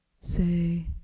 say